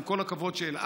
עם כל הכבוד,